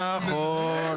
נכון.